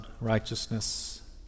righteousness